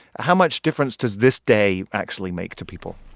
how much difference does this day actually make to people?